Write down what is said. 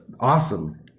awesome